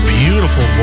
beautiful